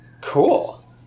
cool